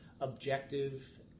objective